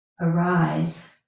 arise